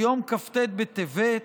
ביום כ"ט בטבת,